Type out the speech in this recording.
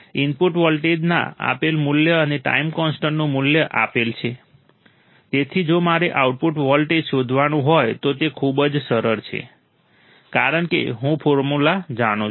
input વોલ્ટેજના આપેલ મૂલ્ય અને ટાઈમ કોન્સ્ટન્ટનું મૂલ્ય આપેલ છે તેથી જો મારે આઉટપુટ વોલ્ટેજ શોધવાનું હોય તો તે ખૂબ જ સરળ છે કારણ કે હું ફોર્મ્યુલા જાણું છું